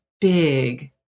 big